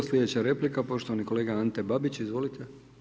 Slijedeća replika, poštovani kolega Ante Babić, izvolite.